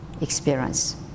experience